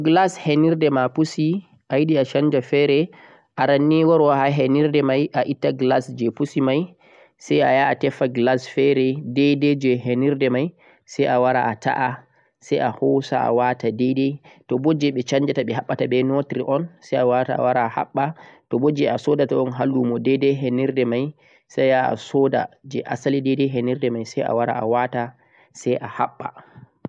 Toh glass henirde ma pusi, ayiɗe a sanja fere. Arannii a etta je pusi mai sai a sooda fere awara a wata